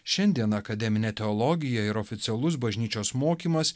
šiandien akademinė teologija ir oficialus bažnyčios mokymas